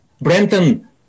Brenton